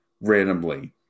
randomly